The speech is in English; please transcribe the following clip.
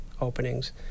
openings